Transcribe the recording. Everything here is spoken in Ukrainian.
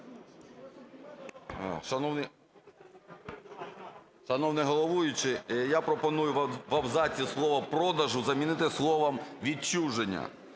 Шановний головуючий, я пропоную в абзаці слово "продажу" замінити словом "відчуження".